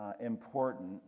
important